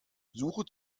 suche